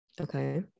Okay